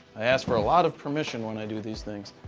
i ask for a lot of permission when i do these things.